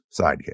sidekick